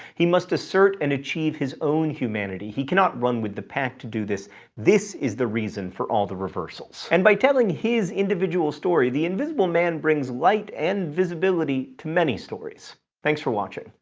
he must assert and achieve his own humanity he cannot run with the pack and do this this is the reason for all the reversals. and by telling his individual story, the invisible man brings light and visibility to many stories. thanks for watching.